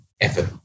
effort